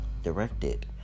Directed